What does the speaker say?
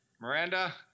Miranda